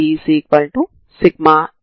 ఇప్పుడు కూడా ఇది డబల్ ఇంటిగ్రల్ అవుతుంది